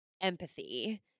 empathy